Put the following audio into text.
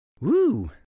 Woo